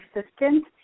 assistant